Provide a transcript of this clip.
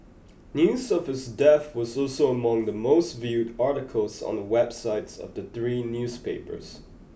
news of his death was also among the most viewed articles on the websites of the three newspapers